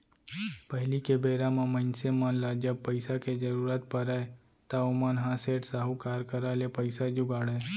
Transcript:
पहिली के बेरा म मनसे मन ल जब पइसा के जरुरत परय त ओमन ह सेठ, साहूकार करा ले पइसा जुगाड़य